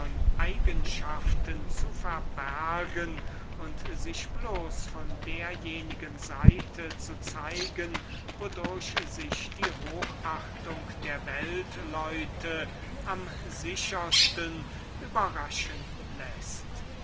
eigenschaften zu verbergen und sich bloß von derjenigen seite zu zeigen wodurch sich die hochachtung der weltleute am sichersten überraschen läßt